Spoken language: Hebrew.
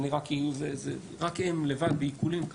רק לבד בעיקולים,